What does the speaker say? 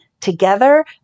together